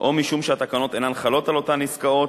או משום שהתקנות אינן חלות על אותן עסקאות,